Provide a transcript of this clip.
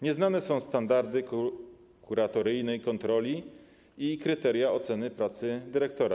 Nieznane są standardy kuratoryjnej kontroli i kryteria oceny pracy dyrektora.